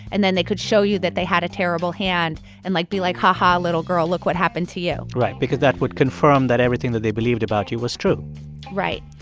and then they could show you that they had a terrible hand and, like, be like, ha-ha, little girl, look what happened to you right, because that would confirm that everything that they believed about you was true right.